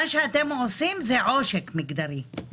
מה שאתם עושים, בעיניי זה עושק מגדרי.